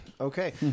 Okay